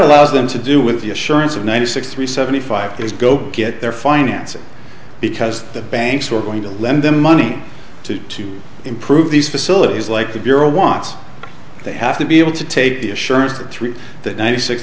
allows them to do with the assurance of ninety six three seventy five years go get their financing because the banks were going to lend them money to to improve these facilities like the bureau wants they have to be able to take the assurance that three that ninety six